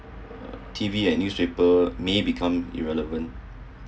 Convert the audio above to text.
uh T_V and newspaper may become irrelevant